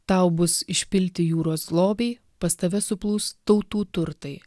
tau bus išpilti jūros lobiai pas tave suplūs tautų turtai